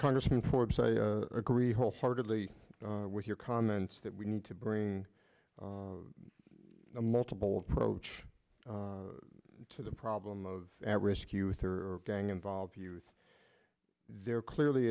congressman forbes i agree wholeheartedly with your comments that we need to bring a multiple approach to the problem of at risk youth or gang involve youth there clearly